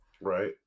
Right